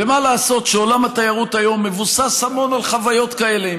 ומה לעשות שעולם התיירות היום מבוסס המון על חוויות כאלה?